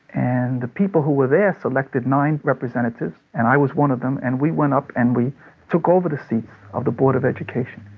and the people who were there selected nine representatives, and i was one of them. and we went up, and we took over the seats of the board of education.